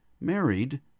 married